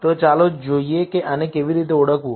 તો ચાલો જોઈએ કે આને કેવી રીતે ઓળખવું